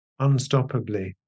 unstoppably